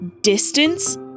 distance